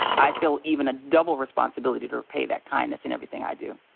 i feel even a double responsibility to repay that kindness in everything i do.